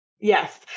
Yes